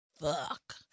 Fuck